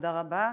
תודה רבה.